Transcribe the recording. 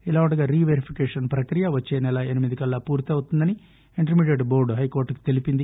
ఇలావుండగా re verification ప్రక్రియ వచ్చే సెల ఎనిమిది కల్లా పూర్తి అవుతుందని ఇంటర్ మీడియెట్ బోర్దు హైకోర్టుకు తెలిపింది